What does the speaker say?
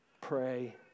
pray